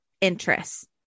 interests